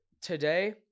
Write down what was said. today